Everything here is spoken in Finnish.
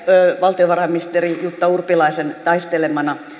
valtiovarainministeri jutta urpilaisen taistelemana